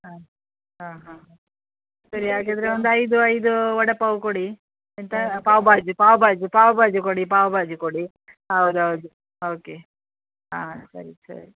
ಹಾಂ ಹಾಂ ಹಾಂ ಸರಿ ಹಾಗಿದ್ದರೆ ಒಂದು ಐದು ಐದು ವಡೆ ಪಾವ್ ಕೊಡಿ ಎಂತ ಪಾವ್ ಬಾಜಿ ಪಾವ್ ಬಾಜಿ ಪಾವ್ ಬಾಜಿ ಕೊಡಿ ಪಾವ್ ಬಾಜಿ ಕೊಡಿ ಹೌದು ಹೌದು ಓಕೆ ಆ ಸರಿ ಸರಿ